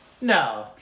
No